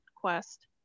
quest